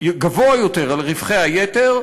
גבוה יותר על רווחי היתר,